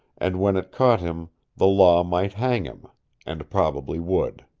and when it caught him the law might hang him and probably would.